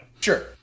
Sure